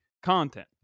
content